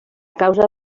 causa